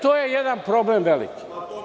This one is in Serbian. To je jedan problem veliki.